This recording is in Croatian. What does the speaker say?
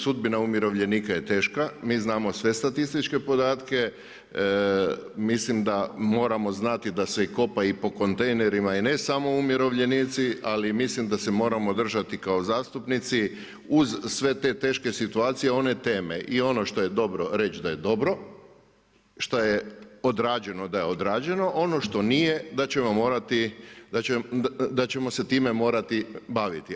Sudbina umirovljenika je teška, mi znamo sve statističke podatke, mislim da moramo znati da se kopa i po kontejnerima i ne samo umirovljenici, ali mislim da se moramo držati kao zastupnici uz sve te teške situacije one teme i ono što je dobro reći da je dobro, šta je odrađeno da je odrađeno, ono što nije da ćemo se time morati baviti.